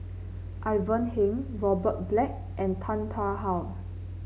Ivan Heng Robert Black and Tan Tarn How